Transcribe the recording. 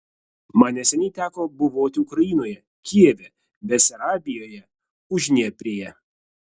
man neseniai teko buvoti ukrainoje kijeve besarabijoje uždnieprėje